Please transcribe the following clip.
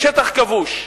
בשטח כבוש.